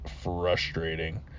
frustrating